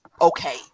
okay